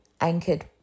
anchored